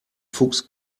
fuchs